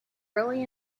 early